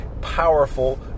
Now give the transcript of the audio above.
powerful